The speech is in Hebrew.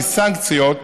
עם סנקציות,